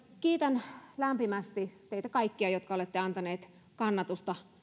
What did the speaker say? kiitän lämpimästi teitä kaikkia jotka olette antaneet kannatusta